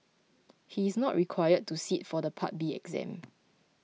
he is not required to sit for the Part B exam